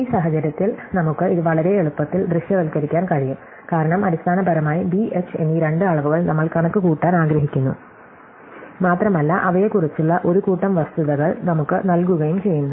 ഈ സാഹചര്യത്തിൽ നമുക്ക് ഇത് വളരെ എളുപ്പത്തിൽ ദൃശ്യവൽക്കരിക്കാൻ കഴിയും കാരണം അടിസ്ഥാനപരമായി b h എന്നീ രണ്ട് അളവുകൾ നമ്മൾ കണക്കുകൂട്ടാൻ ആഗ്രഹിക്കുന്നു മാത്രമല്ല അവയെക്കുറിച്ചുള്ള ഒരു കൂട്ടം വസ്തുതകൾ നമുക്ക് നൽകുകയും ചെയ്യുന്നു